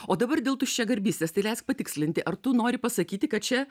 o dabar dėl tuščiagarbystės tai leisk patikslinti ar tu nori pasakyti kad čia